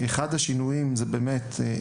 אחד השינויים הוא